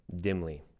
dimly